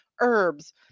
herbs